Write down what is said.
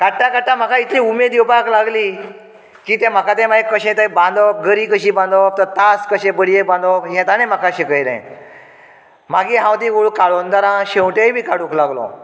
काडटा काडटा म्हाकाय इतली उमेद येवपाक लागली की तें म्हाका तें मागीर कशें तें बांदप गरी कशी बांदप तें तास कशे बडयेक बांदप हें ताणें म्हाका शिकयलें मागीर हांव ती काळूंदरां शेवटे बीय काडूंक लागलो